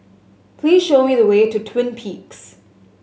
please show me the way to Twin Peaks